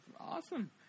Awesome